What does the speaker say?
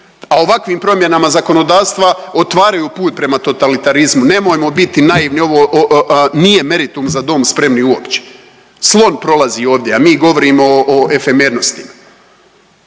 a ovakvim promjenama zakonodavstva otvaraju put prema totalitarizmu. Nemojmo biti naivni, ovo nije meritum „Za dom spremni“ uopće. Slon prolazi ovdje, a mi govorimo o efemernostima.